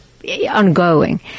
Ongoing